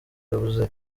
yabuze